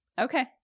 Okay